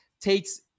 takes